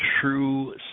true